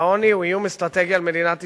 והעוני הוא איום אסטרטגי על מדינת ישראל.